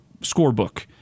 scorebook